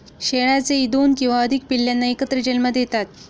शेळ्याही दोन किंवा अधिक पिल्लांना एकत्र जन्म देतात